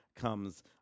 comes